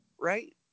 right